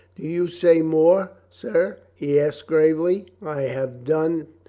do you say more, sir? he asked gravely. i have done,